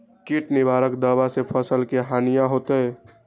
किट निवारक दावा से फसल के हानियों होतै?